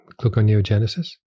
gluconeogenesis